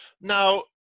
Now